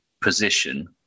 position